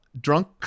Drunk